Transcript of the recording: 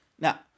Now